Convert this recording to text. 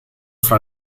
fra